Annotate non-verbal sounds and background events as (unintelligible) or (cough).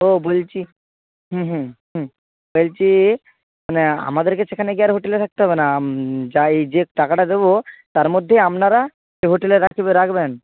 তো বলছি হুম হুম হুম বলছি মানে আমাদেেরকে সেখানে গিয়ে আর হোটেলে থাকতে হবে না যাই যে টাকাটা দেবো তার মধ্যেই আপনারা (unintelligible) হোটেলে রাখ রাখবেন